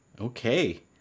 okay